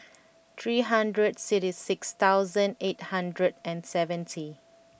three hundred sixty six thousand eight hundred and seventy